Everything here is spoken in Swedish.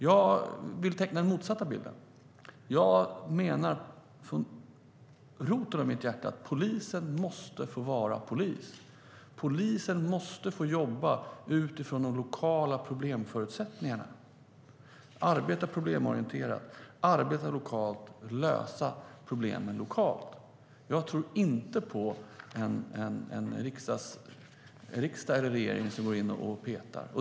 Jag vill teckna den motsatta bilden. Jag menar från roten av mitt hjärta att polisen måste få vara polis. Polisen måste få jobba utifrån de lokala problemförutsättningarna, det vill säga arbeta problemorienterat, arbeta lokalt och lösa problemen lokalt. Jag tror inte på en riksdag eller regering som går in och petar.